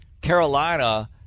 Carolina